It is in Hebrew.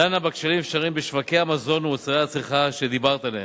דנה בכשלים אפשריים בשוקי המזון ומוצרי הצריכה שדיברת עליהם,